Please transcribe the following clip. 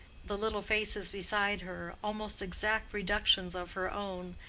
the little faces beside her, almost exact reductions of her own,